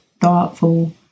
thoughtful